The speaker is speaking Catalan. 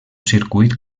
circuit